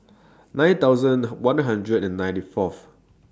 nine thousand one hundred and ninety Fourth